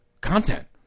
content